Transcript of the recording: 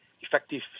effective